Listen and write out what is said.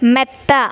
മെത്ത